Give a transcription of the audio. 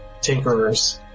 tinkerers